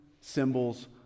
symbols